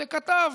זה כתב,